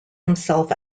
himself